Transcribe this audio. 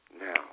now